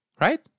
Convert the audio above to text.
right